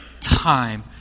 time